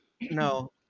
No